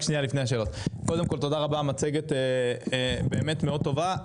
המצגת מאוד טובה,